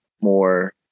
more